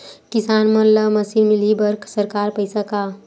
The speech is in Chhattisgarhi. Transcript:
किसान मन ला मशीन मिलही बर सरकार पईसा का?